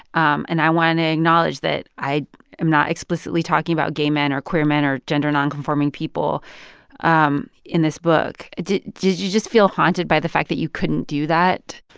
and i want to acknowledge that i am not explicitly talking about gay men or queer men or gender nonconforming people um in this book. did did you just feel haunted by the fact that you couldn't do that?